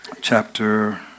chapter